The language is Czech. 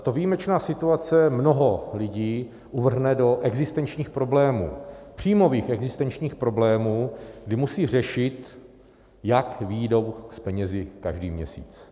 Tato výjimečná situace mnoho lidí uvrhne do existenčních problémů, příjmových existenčních problémů, kdy musí řešit, jak vyjdou s penězi každý měsíc.